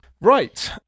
right